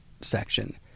section